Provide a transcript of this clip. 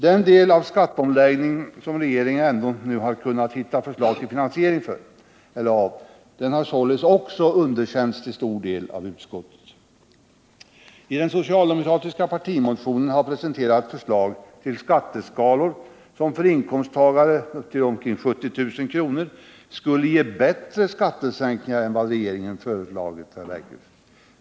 Den del av skatteomläggningen som regeringen ändå nu har kunnat hitta förslag till finansiering av har således också till stor del underkänts av utskottet. I den socialdemokratiska partimotionen har presenterats förslag till skatteskalor som för inkomsttagare upp till omkring 70 000 kr. skulle ge bättre skattesänkningar än vad regeringen föreslagit.